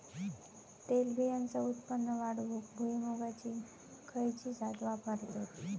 तेलबियांचा उत्पन्न वाढवूक भुईमूगाची खयची जात वापरतत?